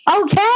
Okay